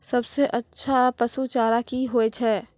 सबसे अच्छा पसु चारा की होय छै?